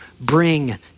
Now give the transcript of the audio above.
bring